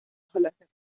حالت